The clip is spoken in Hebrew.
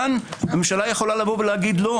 פה הממשלה יכולה לומר: לא,